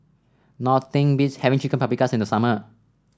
nothing beats having Chicken Paprikas in the summer